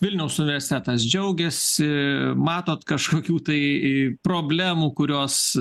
vilniaus universitetas džiaugiasi matot kažkokių tai problemų kurios